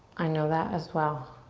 i know that as well.